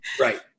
Right